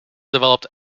developed